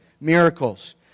miracles